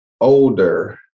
older